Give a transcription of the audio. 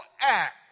act